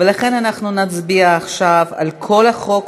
ולכן אנחנו נצביע עכשיו על כל החוק,